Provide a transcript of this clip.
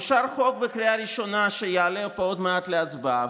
אושר חוק בקריאה הראשונה ויעלו אותו עוד מעט להצבעה,